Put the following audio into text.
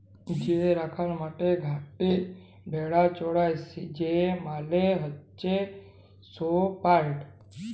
যে রাখাল মাঠে ঘাটে ভেড়া চরাই সে মালে হচ্যে শেপার্ড